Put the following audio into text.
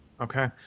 Okay